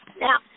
Now